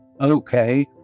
okay